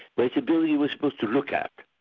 like a building you were supposed to look at.